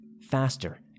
Faster